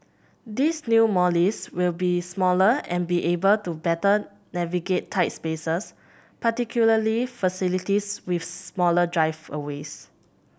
these new Mollies will be smaller and be able to better navigate tight spaces particularly facilities with smaller driveways